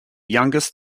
youngest